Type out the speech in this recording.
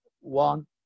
one